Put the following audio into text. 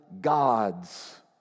gods